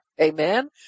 Amen